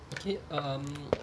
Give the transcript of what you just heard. okay um